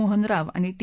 मोहन राव आणि टी